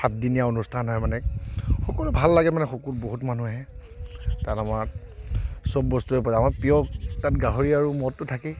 সাতদিনীয়া অনুষ্ঠান হয় মানে সকলো ভাল লাগে মানে সকলো বহুত মানুহ আহে তাত আমাক চব বস্তুৱে পায় আমাৰ প্ৰিয় তাত গাহৰি আৰু মদটো থাকেই